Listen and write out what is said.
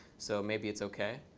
so maybe it's ok.